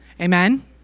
Amen